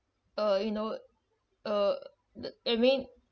uh you know uh the I mean